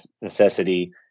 necessity